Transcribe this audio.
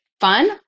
fun